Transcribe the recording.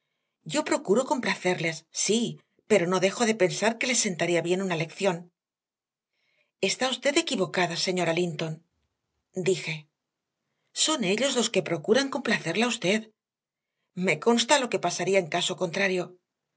yo procuro complacerles sí pero no dejo de pensar que les sentaría bien una lección está usted equivocada señora linton dije son ellos los que procuran complacerla a usted me consta lo que pasaría en caso contrario